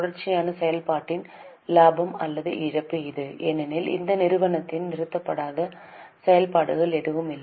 தொடர்ச்சியான செயல்பாட்டின் லாபம் அல்லது இழப்பு இது ஏனெனில் இந்த நிறுவனத்திற்கு நிறுத்தப்படாத செயல்பாடுகள் எதுவும் இல்லை